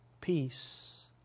peace